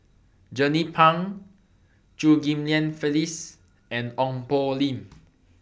Jernnine Pang Chew Ghim Lian Phyllis and Ong Poh Lim